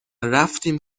رفتیم